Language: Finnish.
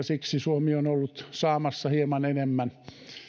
siksi suomi on ollut saamassa hieman enemmän